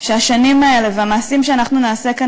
שהשנים האלה והמעשים שאנחנו נעשה כאן